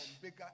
bigger